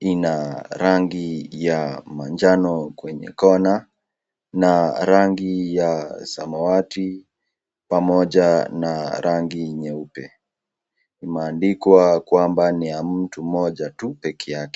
ina rangi ya manjano kwenye kona na rangi ya samawati pamoja na rangi nyeupe , imeandikwa kwamba ni ya mtu mmoja tu! pekee yake.